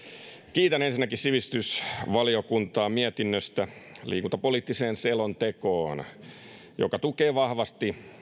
kiitän ensinnäkin sivistysvaliokuntaa liikuntapoliittiseen selontekoon liittyvästä mietinnöstä joka tukee vahvasti